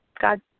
God